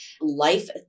life